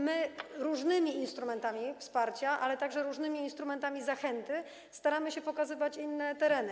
My różnymi instrumentami wsparcia, ale także różnymi instrumentami zachęty, staramy się pokazywać inne tereny.